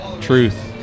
Truth